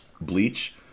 Bleach